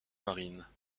marines